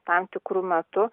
tam tikru metu